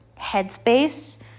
headspace